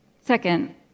Second